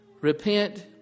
repent